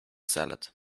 salad